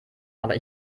aber